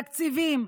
תקציבים,